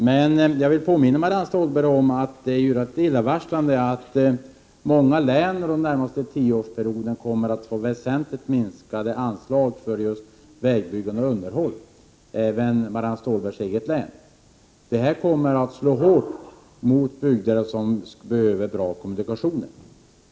Men jag vill påminna Marianne Stålberg om att det är rätt illavarslande att många län under den närmaste tioårsperioden kommer att få väsentligt minskade anslag till vägbyggande och underhåll, även Marianne Stålbergs eget län. Detta kommer att slå hårt mot bygder som behöver goda kommunikationer.